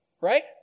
Right